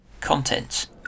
contents